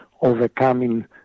overcoming